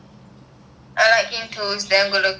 I like him too he is damn good looking ugh